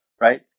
right